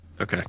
Okay